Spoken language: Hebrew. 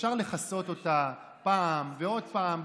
אפשר לכסות אותה פעם ועוד פעם,